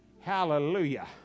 Hallelujah